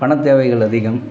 பண தேவைகள் அதிகம்